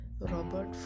Robert